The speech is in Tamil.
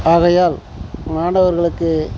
ஆகையால் மாணவர்களுக்கு